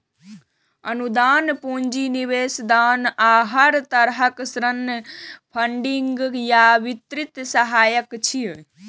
अनुदान, पूंजी निवेश, दान आ हर तरहक ऋण फंडिंग या वित्तीय सहायता छियै